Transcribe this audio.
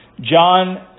John